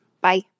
Bye